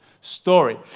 story